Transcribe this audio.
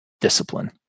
discipline